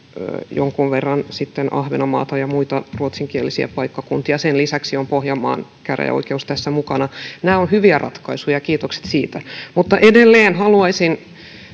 jonkun verran myös ahvenanmaata ja muita ruotsinkielisiä paikkakuntia sen lisäksi on pohjanmaan käräjäoikeus tässä mukana nämä ovat hyviä ratkaisuja kiitokset siitä mutta edelleen haluaisin